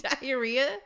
diarrhea